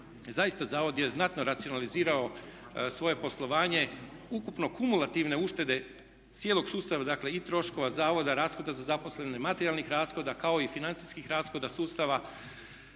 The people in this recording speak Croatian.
zaista zavod je znatno racionalizirao svoje poslovanje, ukupno kumulativne uštede cijelog sustava dakle i troškova zavoda, rashoda za zaposlene, materijalnih rashoda kao i financijskih rashoda sustava